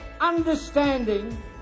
understanding